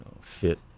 fit